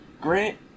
Grant